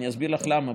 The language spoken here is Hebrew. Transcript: אני אסביר לך למה,